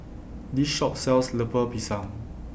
This Shop sells Lemper Pisang